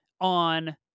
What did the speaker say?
on